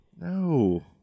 no